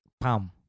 pam